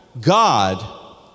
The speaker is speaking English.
God